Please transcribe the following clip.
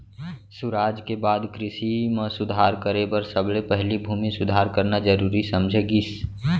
सुराज के बाद कृसि म सुधार करे बर सबले पहिली भूमि सुधार करना जरूरी समझे गिस